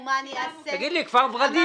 (רישוי),